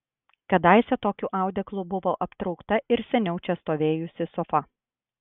kadaise tokiu audeklu buvo aptraukta ir seniau čia stovėjusi sofa